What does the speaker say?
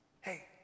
hey